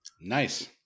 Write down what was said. nice